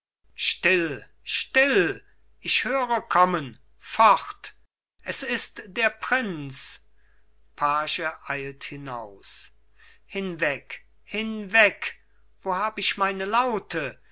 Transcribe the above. still still ich höre kommen fort es ist der prinz page eilt hinaus hinweg hinweg wo hab ich meine laute